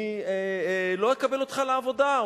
אני לא אקבל אותך לעבודה,